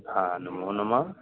हा नमो नमः